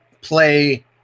play